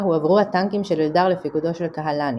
הועברו הטנקים של אלדר לפיקודו של קהלני.